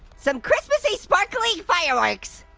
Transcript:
some christmassy, sparkly fireworks.